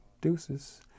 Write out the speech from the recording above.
deuces